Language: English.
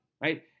Right